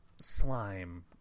slime